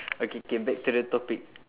okay K back to the topic